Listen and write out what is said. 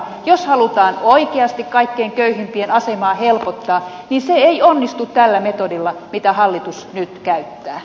jos halutaan oikeasti kaikkein köyhimpien asemaa helpottaa niin se ei onnistu tällä metodilla mitä hallitus nyt käyttää